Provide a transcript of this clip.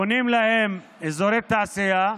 בונים להם אזורי תעשייה,